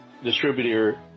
Distributor